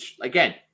again